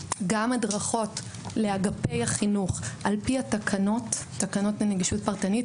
גם הדרכות לאגפי החינוך על פי תקנות נגישות פרטנית.